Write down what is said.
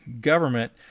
government